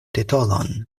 titolon